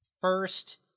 first